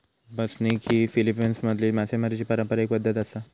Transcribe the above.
बसनिग ही फिलीपिन्समधली मासेमारीची पारंपारिक पद्धत आसा